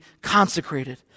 consecrated